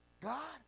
God